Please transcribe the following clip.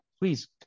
please